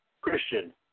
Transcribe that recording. Christian